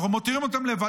ואנחנו מותירים אותם לבד.